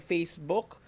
Facebook